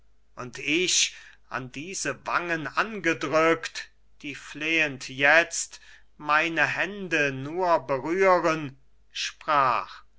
und ich an diese wangen angedrückt die flehend jetzt meine hände nur berühren sprach